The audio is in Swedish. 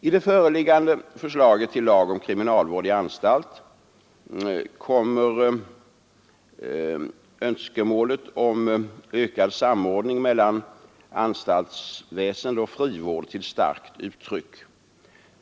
I det föreliggande förslaget till lag om kriminalvård i anstalt kommer önskemålet om ökad samordning mellan anstaltsväsende och frivård till starkt uttryck.